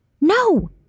No